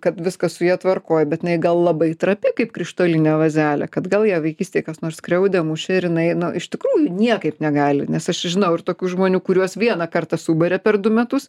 kad viskas su ja tvarkoje bet jinai gal labai trapi kaip krištolinė vazelė kad gal ją vaikystėj kas nors skriaudė mušė ir jinai nu iš tikrųjų niekaip negali nes aš žinau ir tokių žmonių kuriuos vieną kartą subarė per du metus